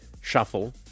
shuffle